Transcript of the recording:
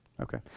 Okay